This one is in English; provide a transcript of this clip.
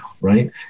right